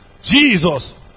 Jesus